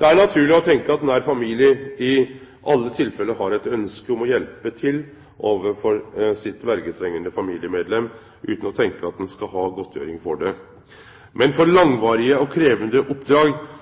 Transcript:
Det er naturleg å tenkje at nær familie i alle tilfelle har eit ønske om å hjelpe til overfor sin verjetrengande familiemedlem utan å tenkje at ein skal ha godtgjering for det. Men for langvarige og krevjande oppdrag